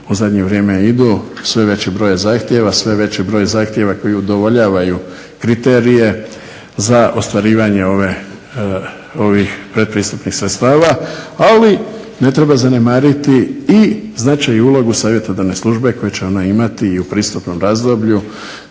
u zadnje vrijeme idu, sve veći broj je zahtjeva, sve veći broj zahtjeva koji udovoljavaju kriterije za ostvarivanje ovih pretpristupnih sredstava. Ali ne treba zanemariti i značaj i ulogu savjetodavne službe koju će ona imati i u pristupnom razdoblju